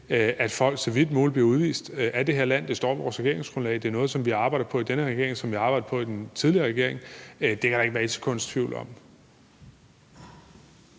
at folk så vidt muligt bliver udvist af det her land. Det står i vores regeringsgrundlag; det er noget, som vi arbejder på i den her regering, og som vi har arbejdet på i den tidligere regering. Det kan der ikke være ét sekunds tvivl om.